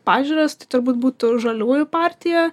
pažiūras tai turbūt būtų žaliųjų partija